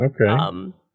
Okay